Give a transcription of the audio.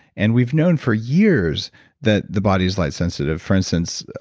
and we've known for years that the body is light sensitive. for instance,